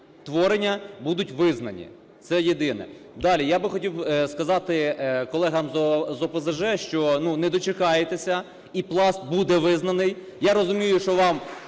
творення, будуть визнані, це єдине. Далі. Я би хотів сказати колегам з ОПЗЖ, що дочекаєтеся, і Пласт буде визнаний. Я розумію, що вам